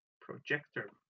projector